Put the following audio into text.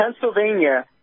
Pennsylvania